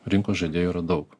rinkos žaidėjų yra daug